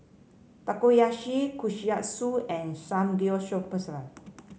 Takoyaki Kushikatsu and Samgeyopsal